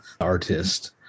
artist